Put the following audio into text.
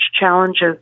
challenges